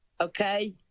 Okay